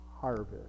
harvest